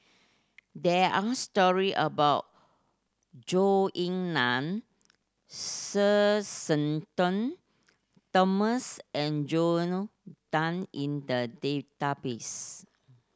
there are story about Zhou Ying Nan Sir Shenton Thomas and Joel Tan in the database